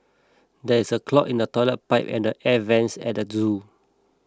there is a clog in the Toilet Pipe and the Air Vents at the zoo